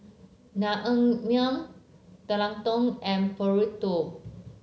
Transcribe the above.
Naengmyeon Tekkadon and Burrito